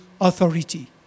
Authority